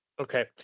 Okay